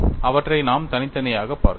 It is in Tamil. அவற்றை நாம் தனித்தனியாகப் பார்த்தோம்